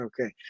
okay